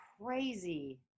crazy